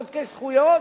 בודקי זכויות,